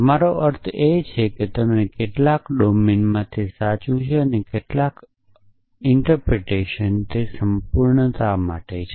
તમારો અર્થ એ છે કે તમે કેટલાક ડોમેનમાં તે સાચું છે અને કેટલાક અર્થઘટન તે સંપૂર્ણતા માટે છે